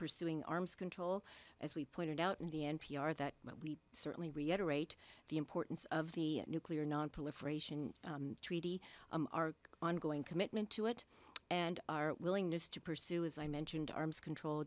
pursuing arms control as we pointed out in the n p r that we certainly reiterate the importance of the nuclear nonproliferation treaty our ongoing commitment to it and our willingness to pursue as i mentioned arms control